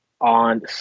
on